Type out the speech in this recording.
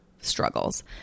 struggles